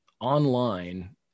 online